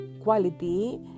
quality